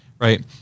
right